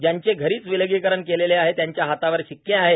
ज्यांचे घरीच विलगीकरण केलेले आहेत त्यांच्या हातावर शिक्के आहेत